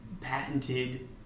patented